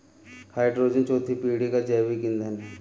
hydrogen चौथी पीढ़ी का जैविक ईंधन है